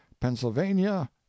pennsylvania